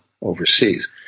overseas